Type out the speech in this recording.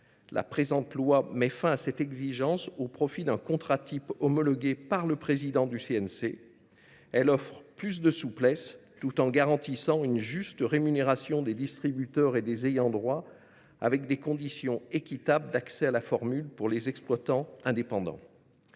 de loi met fin à cette exigence au profit d’un contrat type homologué par le président du CNC. Elle offre plus de souplesse, tout en garantissant une juste rémunération des distributeurs et des ayants droit, avec des conditions équitables d’accès à la formule pour les exploitants indépendants.